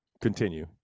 Continue